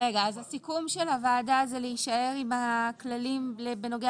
הסיכום של הוועדה הוא להישאר עם הכללים בנוגע